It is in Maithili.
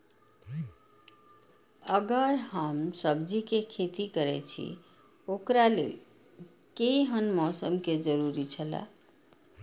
अगर हम सब्जीके खेती करे छि ओकरा लेल के हन मौसम के जरुरी छला?